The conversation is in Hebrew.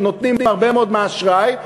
שנותנים הרבה מאוד מהאשראי,